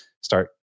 start